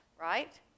right